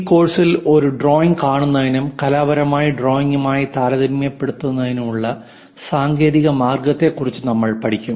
ഈ കോഴ്സിൽ ഒരു ഡ്രോയിംഗ് കാണുന്നതിനും കലാപരമായ ഡ്രോയിംഗുമായി താരതമ്യപ്പെടുത്തുന്നതിനുമുള്ള സാങ്കേതിക മാർഗത്തെക്കുറിച്ച് നമ്മൾ പഠിക്കും